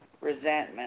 resentment